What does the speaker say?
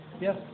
yes